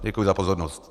Děkuji za pozornost.